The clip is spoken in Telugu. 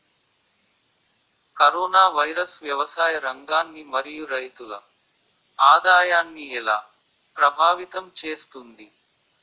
కరోనా వైరస్ వ్యవసాయ రంగాన్ని మరియు రైతుల ఆదాయాన్ని ఎలా ప్రభావితం చేస్తుంది?